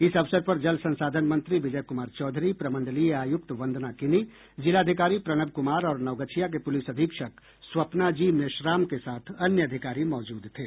इस अवसर पर जल संसाधन मंत्री विजय कुमार चौधरी प्रमंडलीय आयुक्त वंदना किनी जिलाधिकारी प्रणव कुमार और नवगछिया के पूलिस अधीक्षक स्वप्ना जी मेश्राम के साथ अन्य अधिकारी मौजूद थे